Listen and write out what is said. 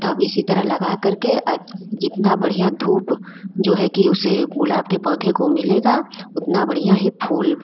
तब इसी तरह लगा करके जितना बढ़िया धूप जो है कि उसे गुलाब के पौधे को मिलेगा उतना बढ़िया ही फूल